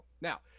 Now